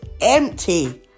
empty